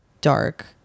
dark